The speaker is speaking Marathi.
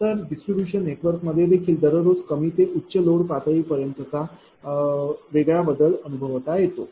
तर डिस्ट्रीब्यूशन नेटवर्कमध्ये देखील दररोज कमी ते उच्च लोड पातळी पर्यंतचा वेगळा बदल अनुभवता येतो